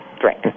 drink